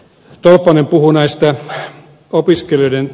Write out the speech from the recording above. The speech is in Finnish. tolppanen puhui opiskelijoista